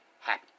happy